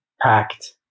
packed